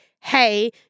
hey